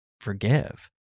forgive